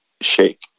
shake